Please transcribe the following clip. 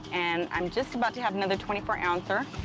and i'm just about to have another twenty four ouncer.